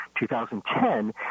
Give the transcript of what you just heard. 2010